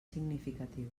significatiu